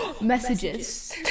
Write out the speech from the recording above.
Messages